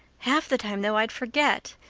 half the time, though, i'd forget,